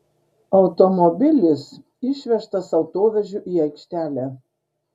automobilis išvežtas autovežiu į aikštelę